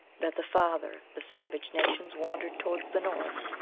that the farther the savage nations wan dered towards the north,